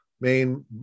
main